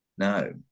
No